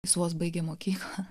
jis vos baigė mokyklą